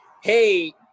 hey